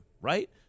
right